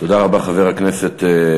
תודה רבה, חבר הכנסת ריבלין.